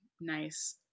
nice